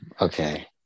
Okay